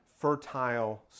fertile